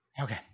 Okay